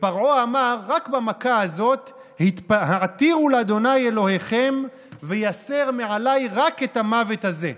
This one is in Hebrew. ופרעה אמר רק במכה הזאת: "העתירו לה' אלהיכם ויסר מעלי רק את המות הזה".